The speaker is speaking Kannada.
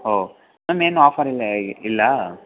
ಹೊ ಮ್ಯಾಮ್ ಏನೂ ಆಫರ್ ಇಲ್ಲ ಹೇಗೆ ಇಲ್ಲಾ